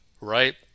right